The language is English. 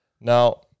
Now